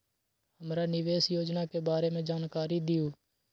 हमरा निवेस योजना के बारे में जानकारी दीउ?